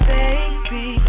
baby